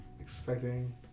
expecting